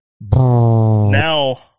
Now